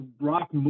rock